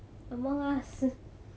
among us